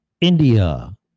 India